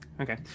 Okay